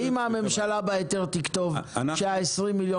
ואם הממשלה תכתוב בהיתר שה-20 מיליון